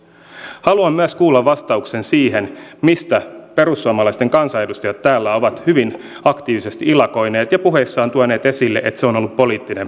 haluan myös kuulla vastauksen asiaan mistä perussuomalaisten kansanedustajat täällä ovat hyvin aktiivisesti ilakoineet ja puheissaan tuoneet esille että se on ollut poliittinen päätös